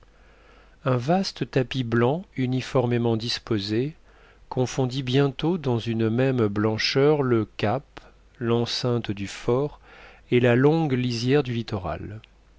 un vaste tapis blanc uniformément disposé confondit bientôt dans une même blancheur le cap l'enceinte du fort et la longue lisière du littoral